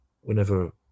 whenever